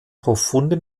profunde